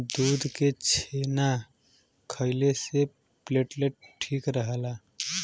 दूध के छेना खइले से प्लेटलेट ठीक रहला